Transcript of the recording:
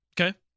Okay